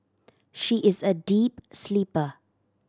she is a deep sleeper